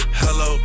hello